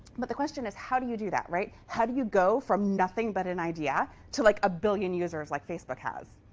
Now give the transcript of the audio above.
but the question is how do you do that, right? how do you go from nothing but an idea to like a billion users, like facebook has?